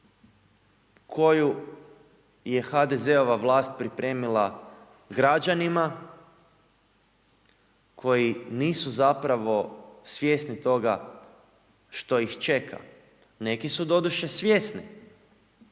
koju je HDZ-ova vlast pripremila građanima koji nisu zapravo svjesni toga što ih čeka. Neki su doduše svjesni,